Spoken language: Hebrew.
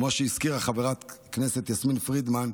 כמו שהזכירה חברת הכנסת יסמין פרידמן,